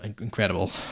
incredible